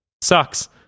sucks